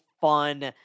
fun